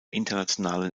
internationalen